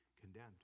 condemned